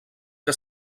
que